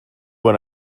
what